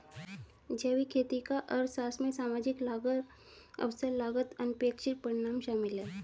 जैविक खेती का अर्थशास्त्र में सामाजिक लागत अवसर लागत अनपेक्षित परिणाम शामिल है